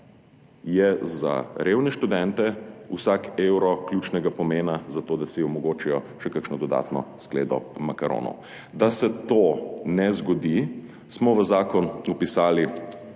je za revne študente vsak evro ključnega pomena za to, da si omogočijo še kakšno dodatno skledo makaronov. Da se to ne zgodi, smo v zakon vpisali